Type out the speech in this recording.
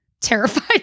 terrified